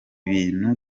bintu